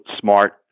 Smart